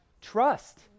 Trust